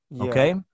Okay